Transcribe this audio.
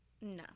No